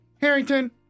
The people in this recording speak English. harrington